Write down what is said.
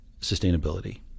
sustainability